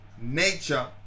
nature